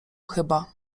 chyba